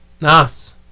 Nice